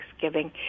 Thanksgiving